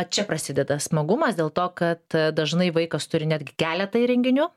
čia prasideda smagumas dėl to kad dažnai vaikas turi netgi keletą įrenginių